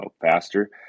faster